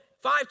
five